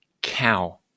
cow